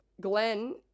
Glenn